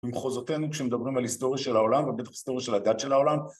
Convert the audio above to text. במחוזותינו, כשמדברים על היסטוריה של העולם, ובטח היסטוריה של הדת של העולם.